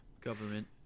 Government